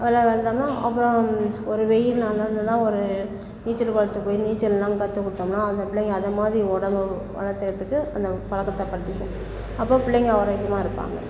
அதல்லாம் விளாண்டோம்னா அப்புறம் ஒரு வெயில் நாள் வந்ததுனா ஒரு நீச்சல் குளத்துக்கு போய் நீச்சல்லாம் கற்றுக் கொடுத்தோம்னா அந்த பிள்ளைங்க அது மாதிரி உடம்ப வளத்துக்கிறதுக்கு அந்த பழக்கத்தை படுத்திக்கும் அப்போது பிள்ளைங்க ஆரோக்கியமாக இருப்பாங்க